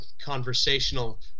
conversational